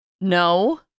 no